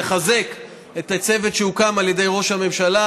לחזק את הצוות שהוקם על ידי ראש הממשלה.